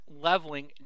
leveling